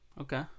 okay